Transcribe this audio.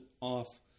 off